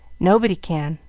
nobody can.